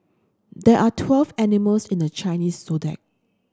there are twelve animals in the Chinese Zodiac